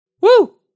Woo